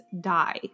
die